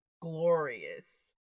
glorious